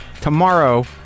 Tomorrow